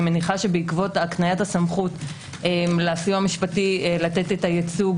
אני מניחה שבעקבות הקניית הסמכות לסיוע המשפטי לתת את הייצוג